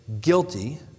guilty